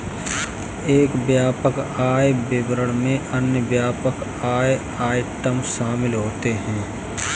एक व्यापक आय विवरण में अन्य व्यापक आय आइटम शामिल होते हैं